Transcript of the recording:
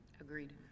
Agreed